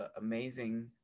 amazing